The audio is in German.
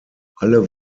alle